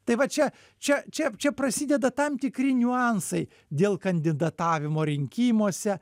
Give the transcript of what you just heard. tai va čia čia čia čia prasideda tam tikri niuansai dėl kandidatavimo rinkimuose